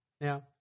Now